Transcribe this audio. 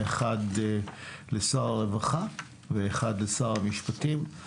אחד לשר הרווחה ואחד לשר המשפטים.